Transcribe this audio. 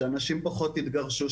שאנשים פחות יתגרשו,